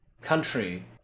country